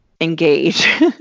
engage